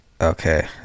okay